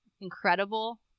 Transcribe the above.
incredible